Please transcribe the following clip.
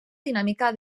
dinàmica